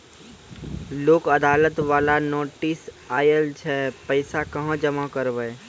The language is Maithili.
लोक अदालत बाला नोटिस आयल छै पैसा कहां जमा करबऽ?